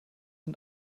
und